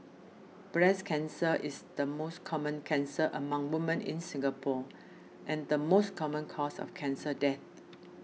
breast cancer is the most common cancer among women in Singapore and the most common cause of cancer death